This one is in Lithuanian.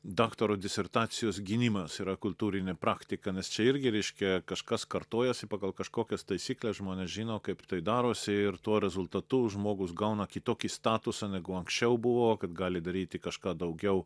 daktaro disertacijos gynimas yra kultūrinė praktika nes čia irgi reiškia kažkas kartojasi pagal kažkokias taisykles žmonės žino kaip tai darosi ir tuo rezultatu žmogus gauna kitokį statusą negu anksčiau buvo kad gali daryti kažką daugiau